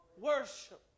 worship